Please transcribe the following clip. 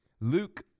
Luke